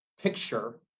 picture